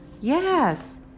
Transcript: Yes